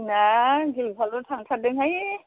जोंना गिलौ बालौ थांथारदोंहाय